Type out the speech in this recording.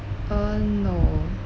uh no